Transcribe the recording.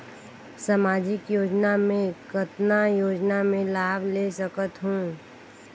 समाजिक योजना मे कतना योजना मे लाभ ले सकत हूं?